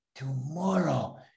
Tomorrow